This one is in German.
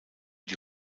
die